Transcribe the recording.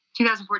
2014